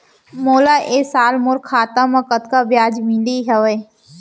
मोला ए साल मोर खाता म कतका ब्याज मिले हवये?